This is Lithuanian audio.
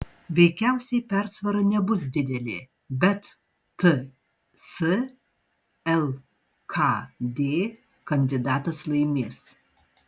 veikiausiai persvara nebus didelė bet ts lkd kandidatas laimės